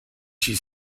she